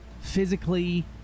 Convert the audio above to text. physically